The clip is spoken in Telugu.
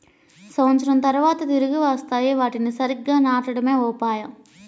సంవత్సరం తర్వాత తిరిగి వస్తాయి, వాటిని సరిగ్గా నాటడమే ఉపాయం